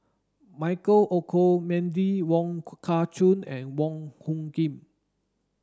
Michael Olcomendy Wong Kah Chun and Wong Hung Khim